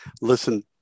Listen